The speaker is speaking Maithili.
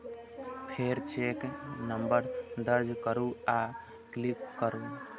फेर चेक नंबर दर्ज करू आ क्लिक करू